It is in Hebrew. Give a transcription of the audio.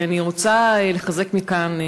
אני רוצה לחזק מכאן,